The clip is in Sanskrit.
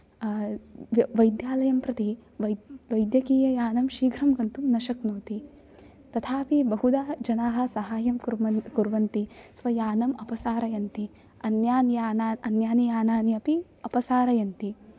वैद्यालयं प्रति वै वैद्यकीययानं शीघ्रं गन्तुं न शक्नोति तथाऽपि बहुधा जनाः साहाय्यं कुर्व कुर्वन्ति स्व यानं अपसारयन्ति अन्यानि याना अन्यानि यानानि अपि अपसारयन्ति